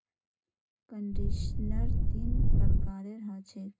conditioner तीन प्रकारेर ह छेक